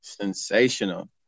sensational